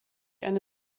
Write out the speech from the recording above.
eine